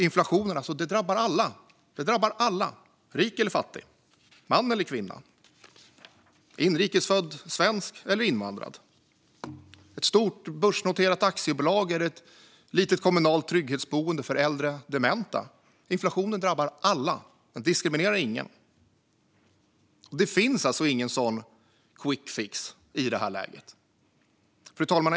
Inflationen drabbar alla - rik eller fattig, man eller kvinna, inrikes född svensk eller invandrad, ett stort börsnoterat aktiebolag eller ett litet kommunalt trygghetsboende för äldre dementa. Inflationen drabbar alla. Den diskriminerar ingen. Det finns ingen quickfix i det här läget.